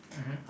mmhmm